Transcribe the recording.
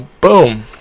boom